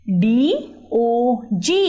dog